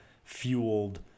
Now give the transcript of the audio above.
fueled